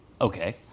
Okay